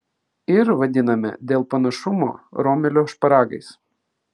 ir vadiname dėl panašumo romelio šparagais